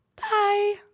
Bye